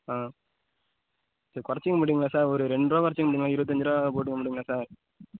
sir குறைச்சிக்க முடியுமா sir ஒரு ரெண்டு ரூபா குறைச்சிக்க முடியுமா இருபத்தஞ்சு ரூபா போட்டுக்க முடியுங்களா சார்